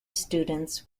students